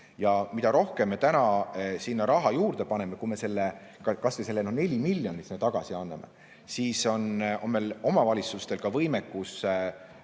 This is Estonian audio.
Ja mida rohkem me täna sinna raha juurde paneme, kui me kas või selle 4 miljonit sinna tagasi anname, siis on meie omavalitsustel ka võimekus